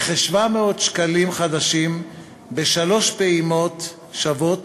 בכ-700 שקלים חדשים בשלוש פעימות שוות,